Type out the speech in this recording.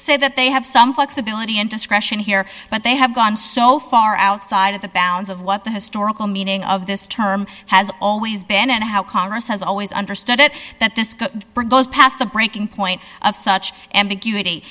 say that they have some flexibility in discretion here but they have gone so far outside of the bounds of what the historical meaning of this term has always been and how congress has always understood it that this goes past the breaking point of such ambiguity